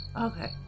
Okay